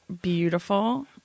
beautiful